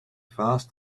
fast